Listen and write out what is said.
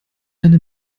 eine